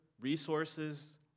resources